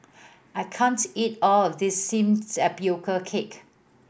I can't eat all of this steamed tapioca cake